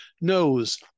knows